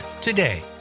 today